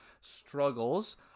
struggles